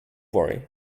worry